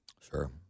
sure